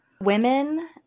Women